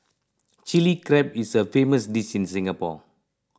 Chilli Crab is a famous dish in Singapore